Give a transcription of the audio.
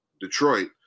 Detroit